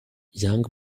young